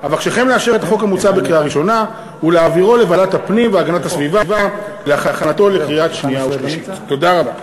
הצעת החוק מבקשת לתקן את סעיף 37 לחוק להגנה על